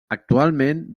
actualment